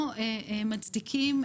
כי עוד לא עשו אצלו מחיר למשתכן?